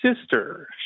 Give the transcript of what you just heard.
sister